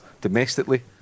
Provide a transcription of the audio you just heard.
Domestically